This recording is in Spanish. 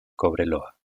cobreloa